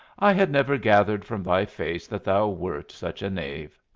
i had never gathered from thy face that thou wert such a knave.